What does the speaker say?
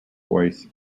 voice